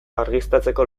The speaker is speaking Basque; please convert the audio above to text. argiztatzeko